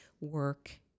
work